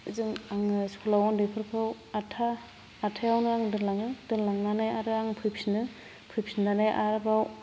जों आङो स्कुलाव उन्दैफोरखौ आठथा आठथायावनो आं दोनलाङो दोनलांनानै आरो आं फैफिनो फैफिननानै आरोबाव